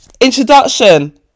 introduction